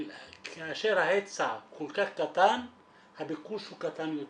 כאשר ההיצע כל כך קטן הביקוש הוא קטן יותר.